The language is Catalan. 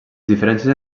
diferències